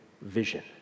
vision